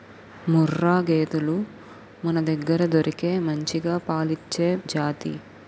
ముర్రా గేదెలు మనదగ్గర దొరికే మంచిగా పాలిచ్చే జాతి